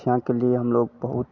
पक्षियों के लिए हम लोग बहुत